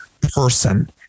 person